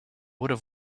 would